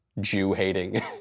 Jew-hating